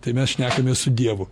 tai mes šnekamės su dievu